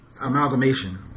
amalgamation